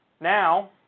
Now